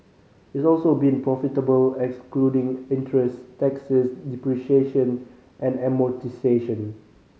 it's also been profitable excluding interest taxes depreciation and amortisation